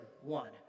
one